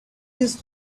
these